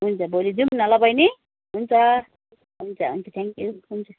हुन्छ भोलि जाऔँ न ल बैनी हुन्छ हुन्छ हुन्छ थ्याङ्क यु हुन्छ